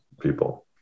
people